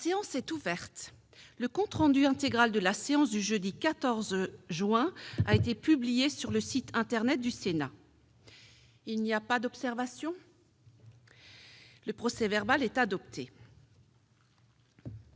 La séance est ouverte. Le compte rendu intégral de la séance du jeudi 14 juin 2018 a été publié sur le site internet du Sénat. Il n'y a pas d'observation ?... Le procès-verbal est adopté.